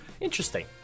interesting